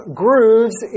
grooves